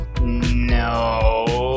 No